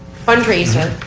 fundraiser.